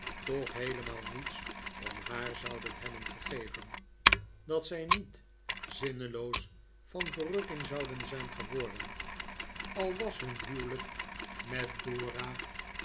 toch heelemaal niets om haar zouden hebben gegeven dat zij niet zinneloos van verrukking zouden zijn geworden al was hun een huwelijk met dora